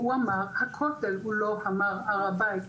הוא אמר הכותל, הוא לא אמר הר הבית.